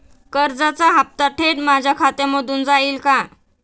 कर्जाचा हप्ता थेट माझ्या खात्यामधून जाईल का?